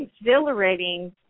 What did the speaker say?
exhilarating